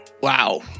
Wow